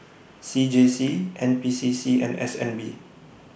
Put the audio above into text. C J C N P C C and S N B